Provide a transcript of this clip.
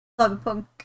Cyberpunk